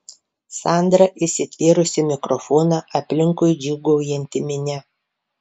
sandra įsitvėrusi mikrofoną aplinkui džiūgaujanti minia